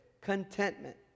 contentment